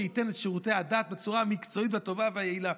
שייתן את שירותי הדת בצורה המקצועית והטובה והיעילה.